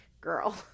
Girl